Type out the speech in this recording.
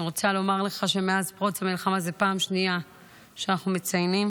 אני רוצה לומר לך שמאז פרוץ המלחמה זו פעם שנייה שאנחנו מציינים